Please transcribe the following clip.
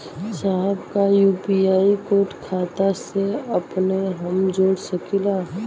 साहब का UPI code खाता से अपने हम जोड़ सकेला?